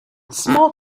small